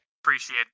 Appreciate